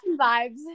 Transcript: vibes